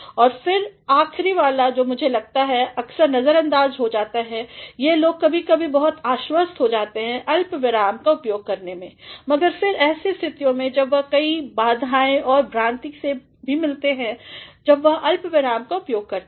और फिर आखरी वाला जो मुझे लगता है अक्सर नज़रअंदाज़ होता है या लोग कभी कभी बहुतआश्वस्तहो जाते हैंअल्पविरामका उपयोग करने में मगर फिर ऐसे स्थितियां हैं जब वह कई बाधाएं और भ्रांति से भी मिलते हैं जब वह अल्पविराम का उपयोग करते हैं